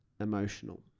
emotional